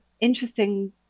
interesting